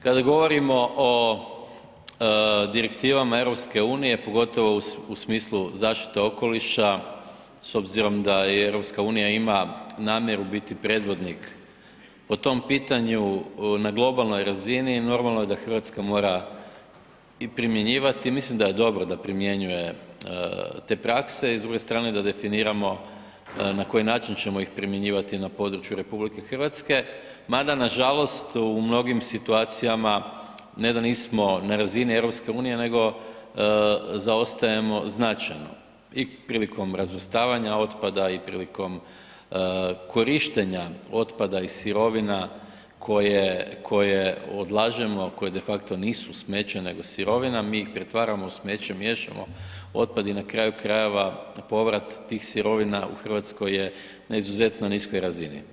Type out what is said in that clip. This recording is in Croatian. Kada govorimo o direktivama EU, pogotovo u smislu zaštite okoliša s obzirom da EU ima namjeru biti predvodnik po tom pitanju na globalnoj razini normalno je da RH mora i primjenjivati, ja mislim da je dobro da primjenjuje te prakse i s druge strane da definiramo na koji način ćemo ih primjenjivati na području RH, mada nažalost u mnogim situacijama ne da nismo na razini EU nego zaostajemo značajno i prilikom razvrstavanja otpada i prilikom korištenja otpada i sirovina koje, koje odlažemo, koje defakto nisu smeće nego sirovina, mi ih pretvaramo u smeće, miješamo otpad i na kraju krajeva povrat tih sirovina u RH je na izuzetno niskoj razini.